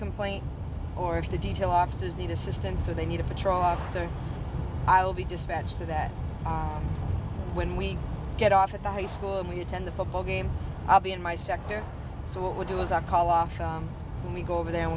complaint or if the detail officers need assistance or they need a patrol officer i'll be dispatched to that when we get off at the high school and we attend the football game i'll be in my sector so what we do is i call off and we go over there